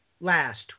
Last